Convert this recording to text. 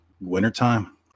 wintertime